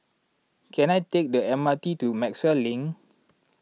can I take the M R T to Maxwell Link